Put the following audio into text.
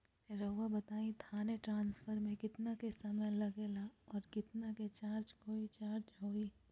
रहुआ बताएं थाने ट्रांसफर में कितना के समय लेगेला और कितना के चार्ज कोई चार्ज होई?